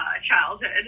childhood